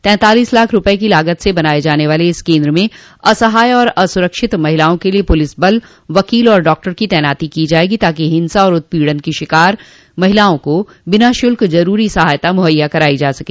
तैतालीस लाख रूपये की लागत से बनाये जाने वाले इस केन्द्र में असहाय और असुरक्षित महिलाओं के लिए पुलिस बल वकील और डॉक्टर की तैनाती की जायेगी ताकि हिंसा और उत्पीड़न की शिकार महिलाओं को बिना शुल्क ज़रूरी सहायता मुहैया करायी जा सके